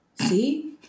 See